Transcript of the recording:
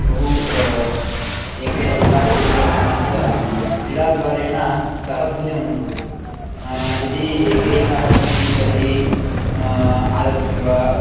बहु एके एकान्ते विद्यमानाश्च क्रीडाद्वारेण सहभूतिमनुभवन्ति यदी एकैकाः भवन्ति तर्हि आलस्यं वा